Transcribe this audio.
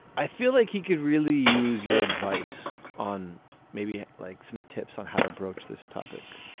i feel like he could really use your advice on maybe like some tips on how to broach this topic.